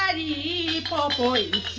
poor boy